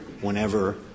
whenever